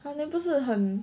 !huh! then 不是很